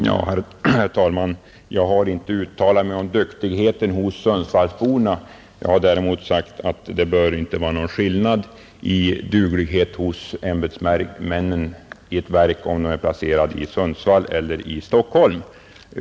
Herr talman! Jag har inte uttalat mig om duktigheten hos Sundsvallsborna. Däremot har jag sagt att det inte bör bli någon skillnad i duglighet hos ämbetsmännen om verket placeras i Sundsvall.